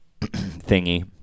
thingy